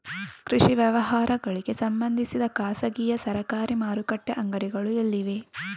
ಕೃಷಿ ವ್ಯವಹಾರಗಳಿಗೆ ಸಂಬಂಧಿಸಿದ ಖಾಸಗಿಯಾ ಸರಕಾರಿ ಮಾರುಕಟ್ಟೆ ಅಂಗಡಿಗಳು ಎಲ್ಲಿವೆ?